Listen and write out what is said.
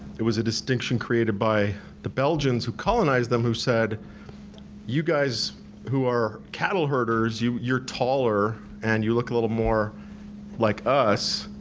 it was a distinction created by the belgians who colonized them who said you guys who are cattle herders, you're taller and you look a little more like us,